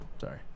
Sorry